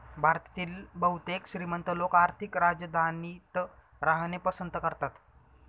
भारतातील बहुतेक श्रीमंत लोक आर्थिक राजधानीत राहणे पसंत करतात